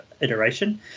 iteration